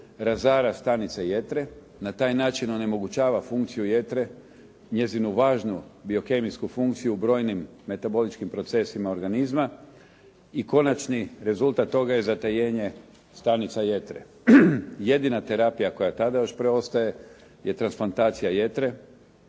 Razara stanice jetre. Na taj način onemogućava funkciju jetre, njezinu važnu biokemijsku funkciju brojnim metaboličkim procesima organizma. I konačni rezultat toga je zatajenje stanica jetre. Jedina terapija koja tada još preostaje je transplantacija jetre,